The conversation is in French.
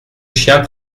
chien